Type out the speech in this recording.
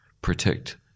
protect